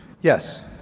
Yes